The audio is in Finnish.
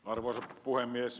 arvoisa puhemies